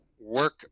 work